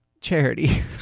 charity